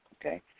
okay